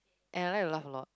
and I like to laugh a lot